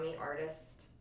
artist